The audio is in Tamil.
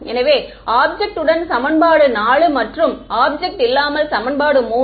எனவே ஆப்ஜெக்ட் உடன் சமன்பாடு 4 மற்றும் ஆப்ஜெக்ட் இல்லாமல் சமன்பாடு 3